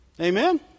Amen